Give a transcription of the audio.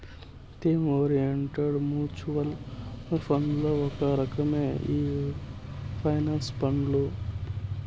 theme orient mutual ఫండ్లల్ల ఒక రకమే ఈ పెన్సన్ ఫండు